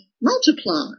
multiply